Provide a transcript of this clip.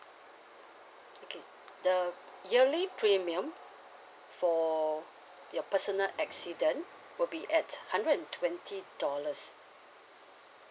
okay the yearly premium for your personal accident will be at hundred and twenty dollars